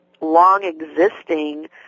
long-existing